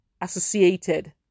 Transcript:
associated